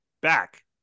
back